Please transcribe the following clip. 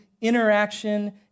interaction